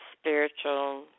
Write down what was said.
spiritual